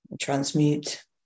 Transmute